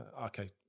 okay